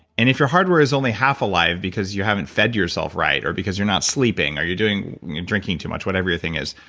and if your hardware is only half alive because you haven't fed yourself right or because you're not sleeping or you're drinking too much, whatever your thing is,